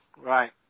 right